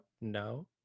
No